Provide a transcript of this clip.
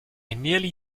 nearly